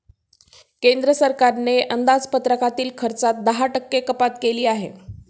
केंद्र सरकारने सरकारी अंदाजपत्रकातील खर्चात दहा टक्के कपात केली आहे